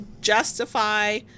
justify